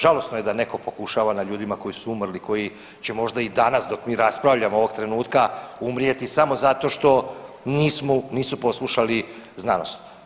Žalosno je da netko pokušava na ljudima koji su umrli, koji će možda i danas, dok mi raspravljamo ovog trenutka umrijeti samo zato što nismo, nisu poslušali znanost.